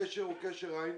הקשר הוא קשר עין.